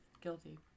Guilty